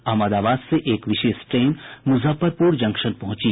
अहमदाबाद से एक विशेष ट्रेन मुजफ्फरपुर जंक्शन पहुंची